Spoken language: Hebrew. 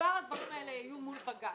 בעבר הדברים היו מול בג"צ.